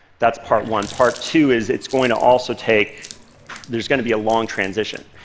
that's part one. part two is it's going to also take there's going to be a long transition.